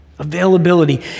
availability